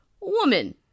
woman